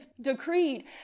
decreed